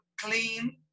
clean